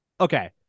Okay